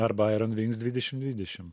arba iron wings dvidešim dvidešim